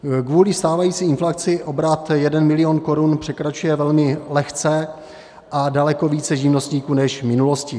Kvůli stávající inflaci obrat 1 milion korun překračuje velmi lehce a daleko více živnostníků než v minulosti.